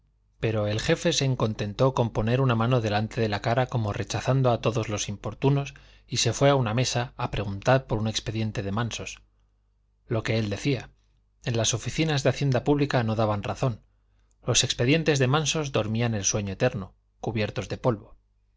pero el jefe se contentó con poner una mano delante de la cara como rechazando a todos los importunos y se fue a una mesa a preguntar por un expediente de mansos lo que él decía en las oficinas de hacienda pública no daban razón los expedientes de mansos dormían el sueño eterno cubiertos de polvo